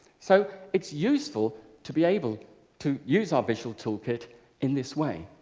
so it's useful to be able to use our visual tool kit in this way.